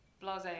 blase